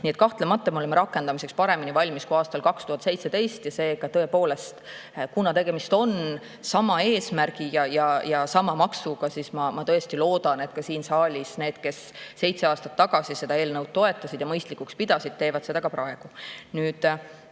Nii et kahtlemata, me oleme rakendamiseks paremini valmis kui aastal 2017. Seega, tõepoolest, kuna tegemist on sama eesmärgi ja sama maksuga, siis ma tõesti loodan, et ka siin saalis need, kes seitse aastat tagasi seda eelnõu toetasid ja mõistlikuks pidasid, teevad seda ka praegu. Magusa